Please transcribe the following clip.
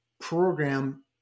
program